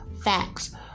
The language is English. Facts